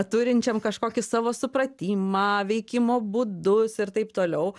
turinčiam kažkokį savo supratimą veikimo būdus ir taip toliau